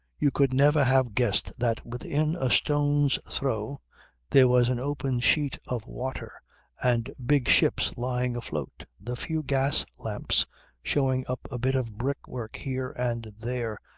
you could never have guessed that within a stone's throw there was an open sheet of water and big ships lying afloat. the few gas lamps showing up a bit of brick work here and there,